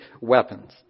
weapons